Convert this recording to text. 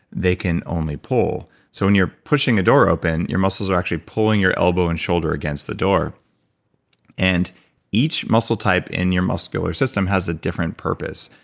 they can only pull so when you're pushing a door open, your muscles are actually pulling your elbow and shoulder against the door and each muscle type in your muscular system has a different purpose.